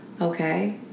okay